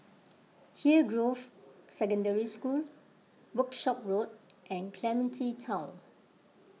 Hillgrove Secondary School Workshop Road and Clementi Town